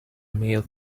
male